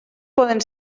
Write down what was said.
poden